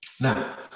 Now